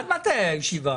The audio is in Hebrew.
עד מתי הישיבה?